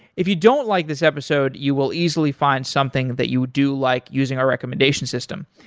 if you don't like this episode you will easily find something that you do like using our recommendation system.